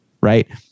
right